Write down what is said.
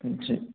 ਅੱਛਾ ਜੀ